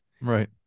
right